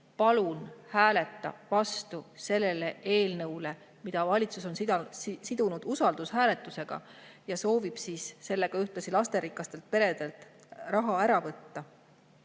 palun hääleta vastu sellele eelnõule, mille valitsus on sidunud usaldushääletusega ja millega ta soovib ühtlasi lasterikastelt peredelt raha ära võtta.